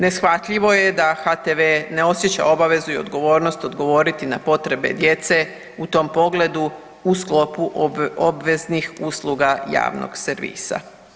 Neshvatljivo je da HTV ne osjeća obavezu i odgovornost odgovoriti na potrebe djece u tom pogledu u sklopu obveznih usluga javnog servisa.